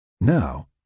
Now